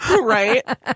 Right